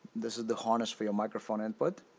this is the harness for your microphone input.